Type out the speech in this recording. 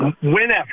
whenever